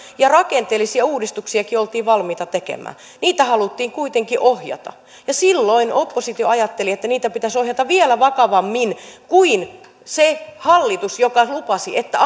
ja rakenteellisia uudistuksiakin oltiin valmiita tekemään niitä haluttiin kuitenkin ohjata ja silloin oppositio ajatteli niin että niitä pitäisi ohjata vielä vakavammin kuin se hallitus joka lupasi että